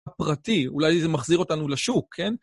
הפרטי, אולי זה מחזיר אותנו לשוק, כן?